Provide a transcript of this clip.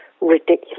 ridiculous